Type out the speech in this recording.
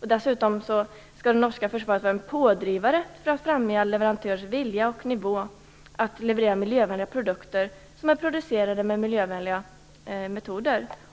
Dessutom skall det norska försvaret vara en pådrivare för att främja leverantörers vilja och nivå att leverera miljövänliga produkter som är producerade med miljövänliga metoder.